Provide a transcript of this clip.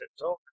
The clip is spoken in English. talk